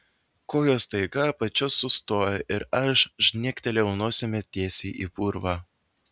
kojos staiga pačios sustojo ir aš žnektelėjau nosimi tiesiai į purvą